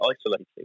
isolating